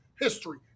history